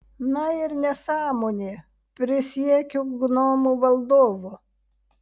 na ir nesąmonė prisiekiu gnomų valdovu